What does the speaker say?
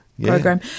program